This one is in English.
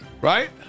Right